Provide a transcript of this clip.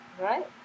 right